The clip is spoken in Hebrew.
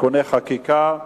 (תיקוני חקיקה),